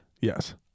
Yes